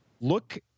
Look